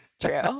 True